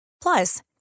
Plus